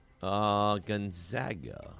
Gonzaga